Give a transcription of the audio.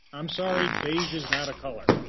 i'm sorry, beige is not a colour.